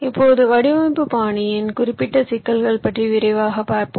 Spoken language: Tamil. இப்போது வடிவமைப்பு பாணியின் குறிப்பிட்ட சிக்கல்கள் பற்றி விரைவாகப் பார்ப்போம்